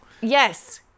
yes